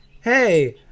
Hey